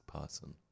person